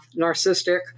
narcissistic